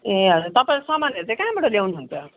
ए हजुर तपाईँले सामानहरू चाहिँ कहाँबाट ल्याउनुहुन्छ